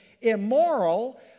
immoral